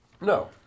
no